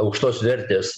aukštos vertės